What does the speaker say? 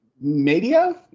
Media